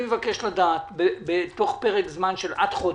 אני מבקש לדעת בתוך פרק זמן של עד חודש,